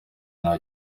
nta